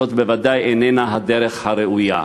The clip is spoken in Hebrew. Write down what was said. זו בוודאי איננה הדרך הראויה.